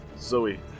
Zoe